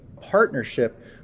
partnership